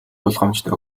болгоомжтой